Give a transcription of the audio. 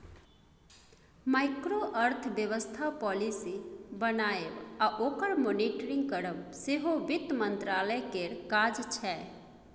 micro अर्थबेबस्था policy बनाएब आ ओकर मॉनिटरिंग करब सेहो बित्त मंत्रालय केर काज छै